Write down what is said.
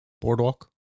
boardwalk